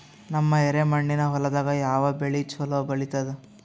ನಮ್ಮ ಎರೆಮಣ್ಣಿನ ಹೊಲದಾಗ ಯಾವ ಬೆಳಿ ಚಲೋ ಬೆಳಿತದ?